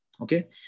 Okay